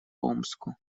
омску